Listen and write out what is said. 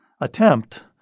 attempt